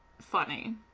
funny